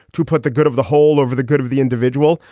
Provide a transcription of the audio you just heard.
to put the good of the whole over the good of the individual.